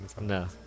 No